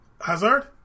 Hazard